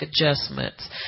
adjustments